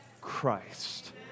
Christ